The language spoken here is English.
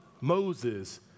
Moses